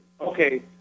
Okay